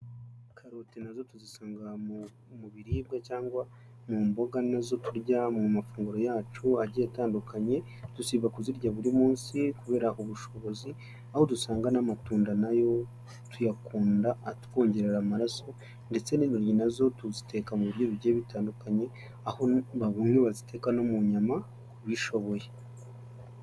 Karote nazo tuzisanga mu mu biribwa cyangwa mu mboga na zo turya mu mafunguro yacu agiye atandukanye, dusiba kuzirya buri munsi kubera ubushobozi, aho dusanga n'amatunda nayo tuyakunda atwongerera amaraso, ndetse n'intoryi nazo tuziteka mu biryo bigiye bitandukanye, aho abantu bamwe baziteka no mu nyama ubishoboye.